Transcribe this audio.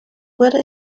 wurde